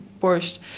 worst